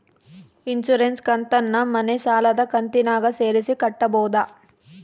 Insurance ಕಂತನ್ನ ಮನೆ ಸಾಲದ ಕಂತಿನಾಗ ಸೇರಿಸಿ ಕಟ್ಟಬೋದ?